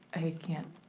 i can't,